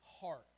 heart